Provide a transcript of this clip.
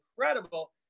incredible